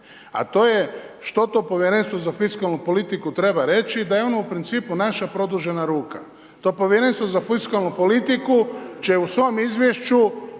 A to je što to povjerenstvo za fiskalnu politiku treba reći, da je ono u principu naša produžena ruka. To povjerenstvo za fiskalnu politiku će u svom izvješću